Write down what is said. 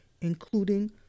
including